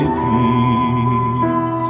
peace